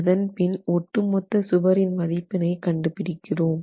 அதன்பின் ஒட்டுமொத்த சுவரின் மதிப்பினை கண்டுபிடிக்கிறோம்